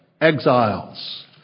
exiles